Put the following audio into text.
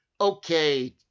Okay